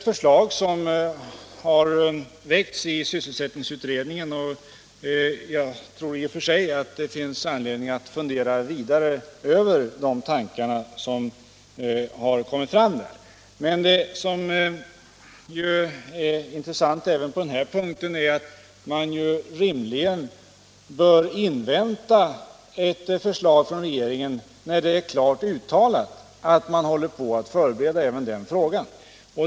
Förslaget har väckts i sysselsättningsutredningen, och jag tror i och för sig att det finns anledning att fundera vidare över de tankar som har kommit fram där. Men också på den här punkten bör vi rimligen invänta ett förslag från regeringen, när det är klart uttalat att man där håller på med förberedelser även i den här frågan.